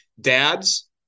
Dads